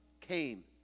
came